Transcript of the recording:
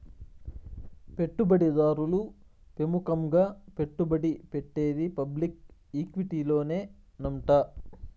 పెట్టుబడి దారులు పెముకంగా పెట్టుబడి పెట్టేది పబ్లిక్ ఈక్విటీలోనేనంట